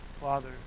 Father